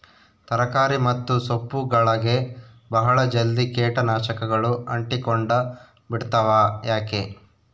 ತರಕಾರಿ ಮತ್ತು ಸೊಪ್ಪುಗಳಗೆ ಬಹಳ ಜಲ್ದಿ ಕೇಟ ನಾಶಕಗಳು ಅಂಟಿಕೊಂಡ ಬಿಡ್ತವಾ ಯಾಕೆ?